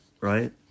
Right